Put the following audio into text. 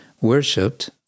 worshipped